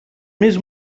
més